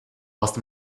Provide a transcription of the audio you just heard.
last